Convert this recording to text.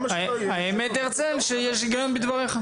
האמת, הרצל, שיש גם בדבריך.